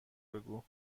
بگو